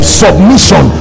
submission